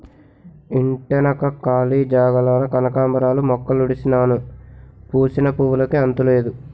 ఇంటెనక కాళీ జాగాలోన కనకాంబరాలు మొక్కలుడిసినాను పూసిన పువ్వులుకి అంతులేదు